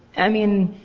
i mean,